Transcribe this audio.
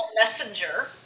Messenger